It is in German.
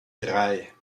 drei